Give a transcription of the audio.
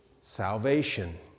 Salvation